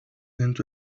into